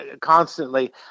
constantly